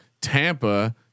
Tampa